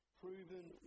proven